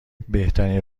بهترین